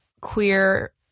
queer